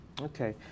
Okay